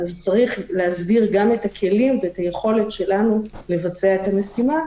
צריך להסדיר גם את הכלים ואת היכולת שלנו לבצע את המשימה,